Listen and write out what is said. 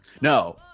No